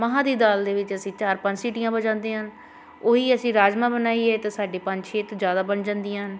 ਮਹਾਂ ਦੀ ਦਾਲ ਦੇ ਵਿੱਚ ਅਸੀਂ ਚਾਰ ਪੰਜ ਸੀਟੀਆਂ ਵਜਾਉਂਦੇ ਹਨ ਉਹੀ ਅਸੀਂ ਰਾਜਮਾਂਹ ਬਣਾਈਏ ਤਾਂ ਸਾਡੇ ਪੰਜ ਛੇ ਤੋਂ ਜ਼ਿਆਦਾ ਬਣ ਜਾਂਦੀਆਂ ਹਨ